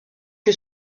que